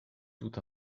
tout